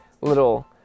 little